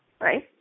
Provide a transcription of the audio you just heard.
right